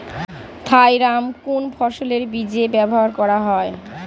Thiram কোন ফসলের বীজে ব্যবহার করা হয়?